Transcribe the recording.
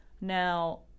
Now